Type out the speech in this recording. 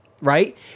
right